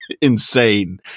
insane